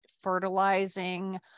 fertilizing